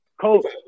Cole